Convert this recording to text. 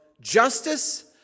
justice